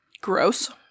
Gross